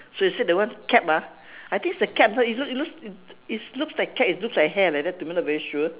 so you said that one cap ah I think it's a cap no it looks it looks it looks like cap it looks like hair like that to me not very sure